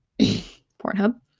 Pornhub